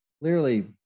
clearly